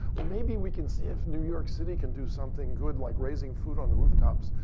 well, maybe we can see if new york city can do something good, like raising food on the rooftops.